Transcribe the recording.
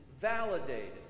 validated